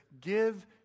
give